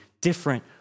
different